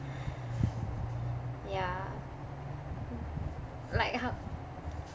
ya like how